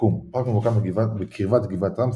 מיקום הפארק ממוקם בקרבת גבעת רם,